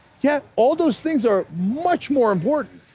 yeah, all those things are much more important.